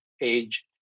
age